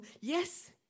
yes